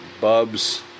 Bubs